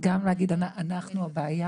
גם להגיד 'אנחנו הבעיה'